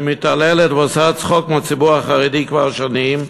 שמתעללת ועושה צחוק מהציבור החרדי כבר שנים,